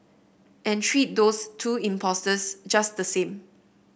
and treat those two impostors just the same